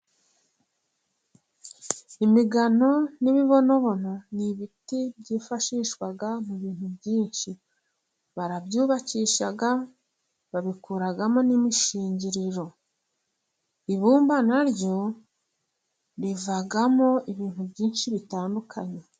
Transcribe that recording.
Imigano n'imibonobono ni ibiti byifashishwa mu bintu byinshi, barabyubakisha, babikuramo n'imishingiriro. Ibumba na ryo rivamo ibintu byinshi bitandukanye.